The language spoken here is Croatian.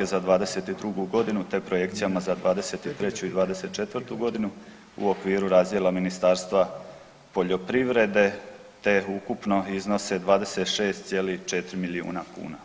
za '22. godinu te projekcijama za '23. i '24. godinu u okviru razdjela Ministarstva poljoprivrede te ukupno iznose 26,4 milijuna kuna.